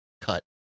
cut